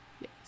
Yes